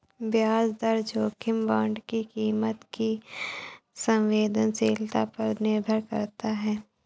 ब्याज दर जोखिम बांड की कीमत की संवेदनशीलता पर निर्भर करता है